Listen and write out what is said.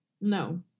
No